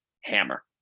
hammer